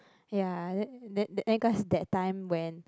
ya and then then cause that time when